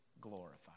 glorified